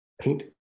paint